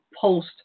post